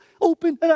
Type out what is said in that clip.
open